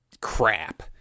crap